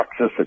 toxicity